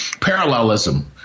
parallelism